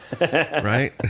right